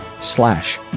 slash